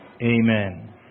Amen